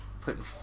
Putting